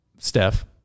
steph